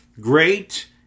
great